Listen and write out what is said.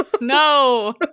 No